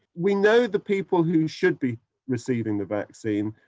we know the people who should be receiving the vaccine,